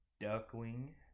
Duckling